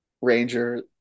Ranger